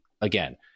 again